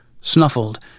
snuffled